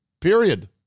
period